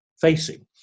facing